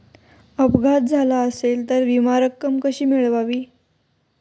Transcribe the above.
अपघात झाला असेल तर विमा रक्कम कशी मिळवावी?